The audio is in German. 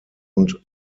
und